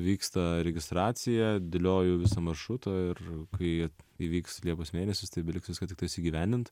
vyksta registracija dėlioju visą maršrutą ir kai įvyks liepos mėnesis tai beliks viską tiktais įgyvendint